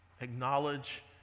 acknowledge